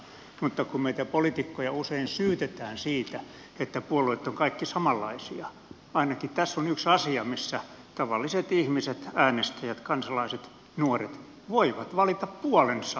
mutta kun meitä poliitikkoja usein syytetään siitä että puolueet ovat kaikki samanlaisia niin ainakin tässä on yksi asia missä tavalliset ihmiset äänestäjät kansalaiset nuoret voivat valita puolensa